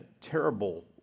terrible